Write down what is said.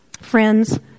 Friends